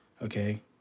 Okay